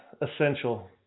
Essential